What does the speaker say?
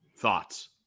thoughts